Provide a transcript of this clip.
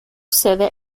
sede